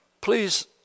Please